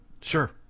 sure